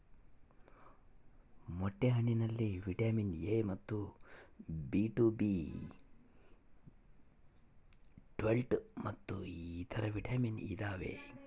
ಮೊಟ್ಟೆ ಹಣ್ಣಿನಲ್ಲಿ vitamin A ಮತ್ತು ಬಿ ಟು ಬಿ ಟ್ವೇಲ್ವ್ ಮತ್ತು ಇತರೆ ವಿಟಾಮಿನ್ ಇದಾವೆ